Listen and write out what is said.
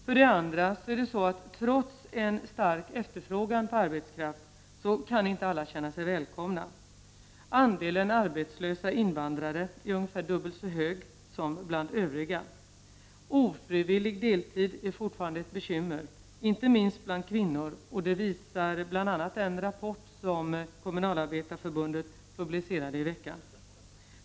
För det andra är det så att trots en stark efterfrågan på arbetskraft kan inte alla känna sig välkomna. Andelen arbetslösa invandrare är ungefär dubbelt så hög som bland övriga. Ofrivillig deltid är fortfarande ett bekymmer, inte minst bland kvinnor — det visar bl.a. den rapport som Kommunalarbetareförbundet publicerade i veckan.